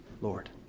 Lord